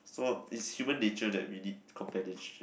so is human nature that we need companionship